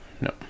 No